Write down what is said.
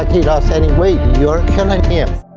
like he lost any weight. you are killing him.